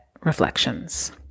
reflections